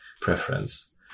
preference